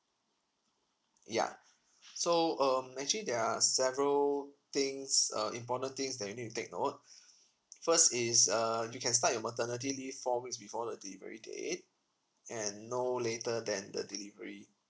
ya so um actually there are several things uh important things that you need to take note first is uh you can start your maternity leave four weeks before the delivery date and no later than the delivery